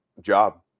job